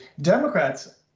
Democrats